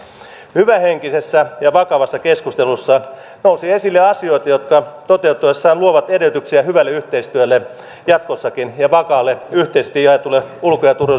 hyvähenkisessä ja vakavassa keskustelussa nousi esille asioita jotka toteutuessaan luovat edellytyksiä hyvälle yhteistyölle jatkossakin ja vakaalle yhteisesti jaetulle ulko ja